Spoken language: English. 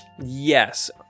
yes